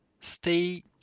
stay